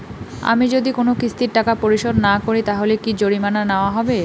আমি যদি কোন কিস্তির টাকা পরিশোধ না করি তাহলে কি জরিমানা নেওয়া হবে?